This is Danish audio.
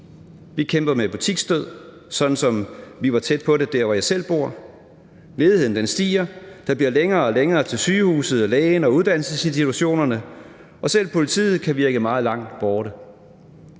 Vi kæmper med butiksdød, sådan som vi var tæt på det der, hvor jeg selv bor. Ledigheden stiger, og der bliver længere og længere til sygehuset, lægen og uddannelsesinstitutionerne, og selv politiet kan virke meget langt borte.